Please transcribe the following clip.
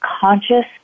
conscious